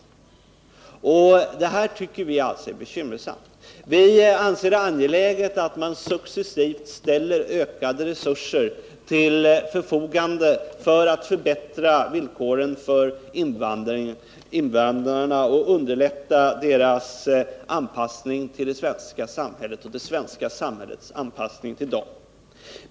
Vi anser det angeläget att man successivt ställer ökade resurser till förfogande för att förbättra villkoren för invandrarna och underlätta deras anpassning till det svenska samhället liksom det svenska samhällets anpassning till dem.